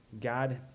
God